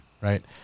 Right